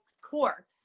core